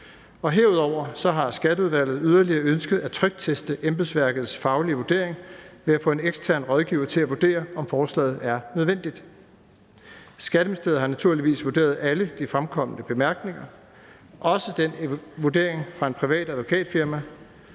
Herudover har Skatteudvalget yderligere ønsket at trykteste embedsværkets faglige vurdering ved at få en ekstern rådgiver til at vurdere, om forslaget er nødvendigt. Skatteministeriet har naturligvis vurderet alle de fremkomne bemærkninger, også den vurdering fra et privat advokatfirma,